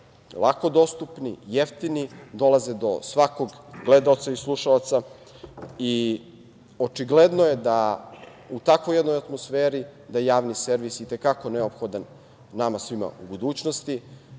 lako dostupni, jeftini, dolaze do svakog gledaoca i slušaoca i očigledno je da je u takvoj jednoj atmosferi javni servis i te kako neophodan nama svima u budućnosti. Jedna